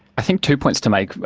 i think two points to make.